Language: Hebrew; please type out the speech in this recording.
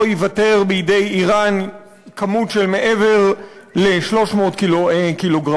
תיוותר בידי איראן כמות של מעבר ל-300 ק"ג,